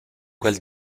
quel